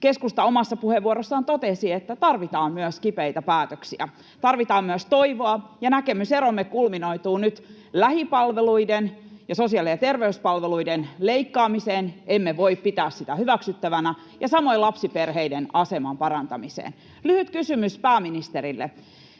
keskusta omassa puheenvuorossaan totesi, että tarvitaan myös kipeitä päätöksiä, tarvitaan myös toivoa, ja näkemyseromme kulminoituvat nyt lähipalveluiden ja sosiaali- ja terveyspalveluiden leikkaamiseen — emme voi pitää sitä hyväksyttävänä — ja samoin lapsiperheiden aseman parantamiseen. Lyhyt kysymys pääministerille: